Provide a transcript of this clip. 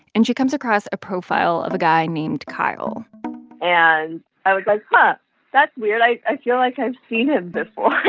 and she comes across a profile of a guy named kyle and i was like, but that's weird i i feel like i've seen him before